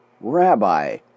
Rabbi